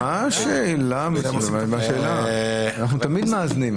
מה השאלה, אנחנו תמיד מאזנים.